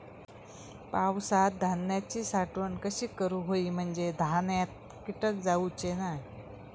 पावसात धान्यांची साठवण कशी करूक होई म्हंजे धान्यात कीटक जाउचे नाय?